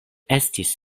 estis